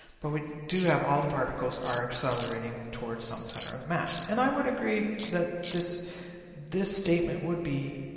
but we do have all the particles are accelerating toward some center of mass. and i would agree that this this statement would be